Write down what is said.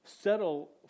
settle